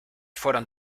fueron